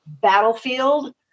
Battlefield